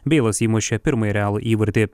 beilas įmušė pirmąjį realui įvartį